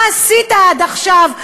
מה עשית עד עכשיו,